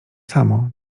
samo